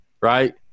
right